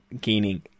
gaining